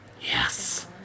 Yes